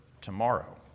tomorrow